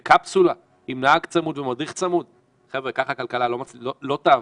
לשאלתך, ברמה האישית, אני לא יודעת.